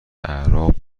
اعراب